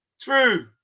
True